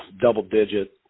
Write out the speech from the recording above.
double-digit